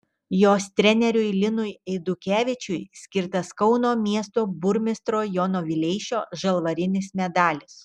jos treneriui linui eidukevičiui skirtas kauno miesto burmistro jono vileišio žalvarinis medalis